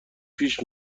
پیش